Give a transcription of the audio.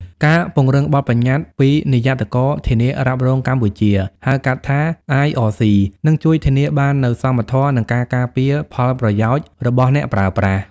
ការពង្រឹងបទប្បញ្ញត្តិពីនិយ័តករធានារ៉ាប់រងកម្ពុជា (ហៅកាត់ថា IRC) នឹងជួយធានាបាននូវសមធម៌ និងការការពារផលប្រយោជន៍របស់អ្នកប្រើប្រាស់។